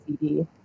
CD